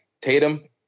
Tatum